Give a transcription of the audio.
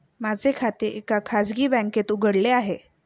माझे खाते एका खाजगी बँकेत उघडले आहे